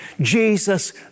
Jesus